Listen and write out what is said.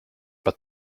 but